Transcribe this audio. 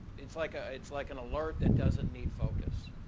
it's like ah it's like an alert that doesn't need focus.